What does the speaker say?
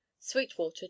Sweetwater